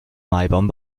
maibaum